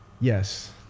yes